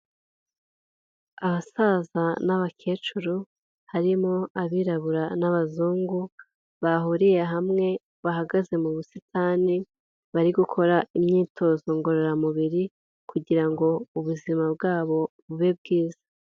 Abasaza n'abakecuru, harimo abirabura n'abazungu, bahuriye hamwe bahagaze mu busitani, bari gukora imyitozo ngororamubiri kugira ngo ubuzima bwabo bube bwiza.